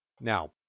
Now